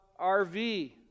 RV